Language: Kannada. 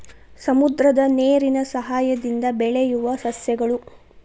ಸಮುದ್ರದ ನೇರಿನ ಸಯಹಾಯದಿಂದ ಬೆಳಿಯುವ ಸಸ್ಯಗಳು